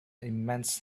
immense